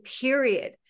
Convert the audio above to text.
period